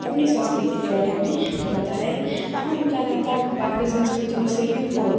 अपनी संस्कृति के बारे में बताए हाँ उनका नाता बाहरी संस्कृतियों से भी हो